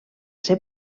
ser